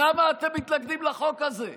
למה אתם מתנגדים לחוק הזה.